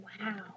wow